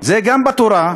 זה גם בתורה,